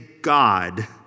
God